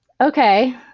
okay